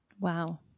Wow